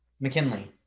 McKinley